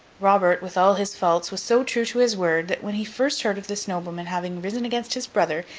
robert, with all his faults, was so true to his word, that when he first heard of this nobleman having risen against his brother,